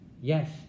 Yes